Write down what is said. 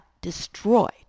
destroyed